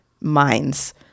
minds